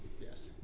Yes